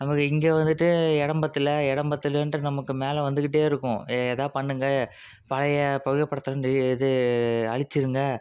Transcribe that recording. அதுமாதிரி இங்கே வந்துட்டு இடம்பத்துல இடம்பத்துலன்ற நமக்கு மேலே வந்துக்கிட்டே இருக்கும் எதாது பண்ணணுங்க பழையை புகைப்படத்தலாம் டெலி இது அழிச்சிருங்க